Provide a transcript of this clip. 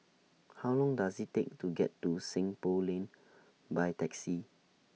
How Long Does IT Take to get to Seng Poh Lane By Taxi